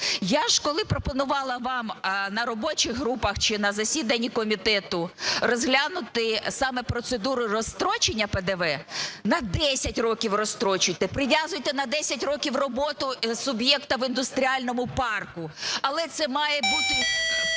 Я ж коли пропонувала вам на робочих групах чи на засіданні комітету розглянути саме процедуру розстрочення ПДВ, на 10 років розстрочуйте, прив'язуйте на 10 років роботу суб'єкта в індустріальному парку. Але це має бути